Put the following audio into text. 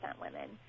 women